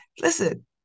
listen